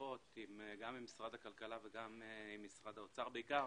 שיחות גם עם משרד הכלכלה וגם עם משרד האוצר, בעיקר